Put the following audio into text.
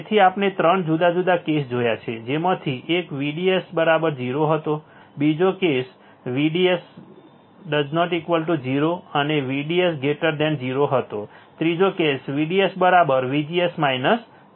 તેથી આપણે 3 જુદા જુદા કેસો જોયા છે જેમાંથી એક VDS 0 હતો બીજો કેસ VDS ≠ 0 અને VDS 0 હતો ત્રીજો કેસ VDS VGS VD છે